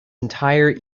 entire